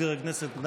מזכיר הכנסת,